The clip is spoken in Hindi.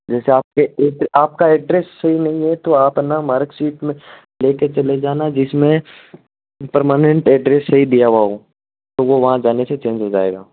जैसे आपके एड़ आपका एड्रैस सही नही है तो आप ना मरकशीट में ले कर चले जाना जिसमें पर्मानेन्ट एड्रैस सही दिया हुआ हो तो वो वहाँ जाने से चेंज हो जाएगा